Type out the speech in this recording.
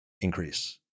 increase